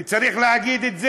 וצריך להגיד את זה,